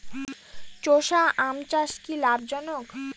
চোষা আম চাষ কি লাভজনক?